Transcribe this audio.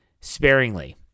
sparingly